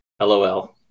Lol